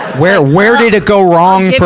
where, where did it go wrong for